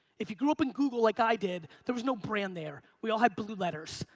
if you grew up in google like i did, there was no brand there. we all had blue letters.